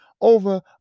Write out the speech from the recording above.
over